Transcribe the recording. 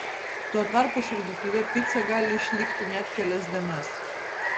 tuo tarpu šaldytuve pica gali išlikti net kelias dienas